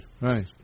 right